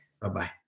Bye-bye